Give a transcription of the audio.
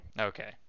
Okay